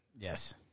Yes